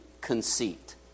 conceit